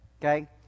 Okay